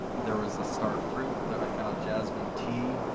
there was a star fruit. that i found jasmine tea.